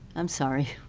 i'm sorry.